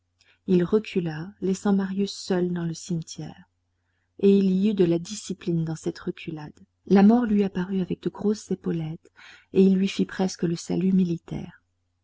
il recula laissant marius seul dans le cimetière et il y eut de la discipline dans cette reculade la mort lui apparut avec de grosses épaulettes et il lui fit presque le salut militaire